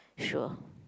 sure